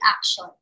action